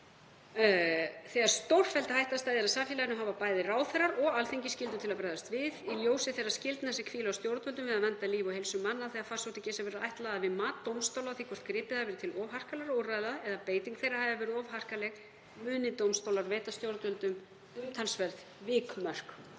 „Þegar stórfelld hætta steðjar að samfélaginu hafa bæði ráðherrar og Alþingi skyldu til að bregðast við. Í ljósi þeirra skyldna sem hvíla á stjórnvöldum við að vernda líf og heilsu manna þegar farsóttir geisa verður að ætla að við mat dómstóla á því hvort gripið hafi verið til of harkalegra úrræða eða beiting þeirra hafi verið of harkaleg muni dómstólar veita stjórnvöldum umtalsverð vikmörk.“